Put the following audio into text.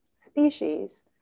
species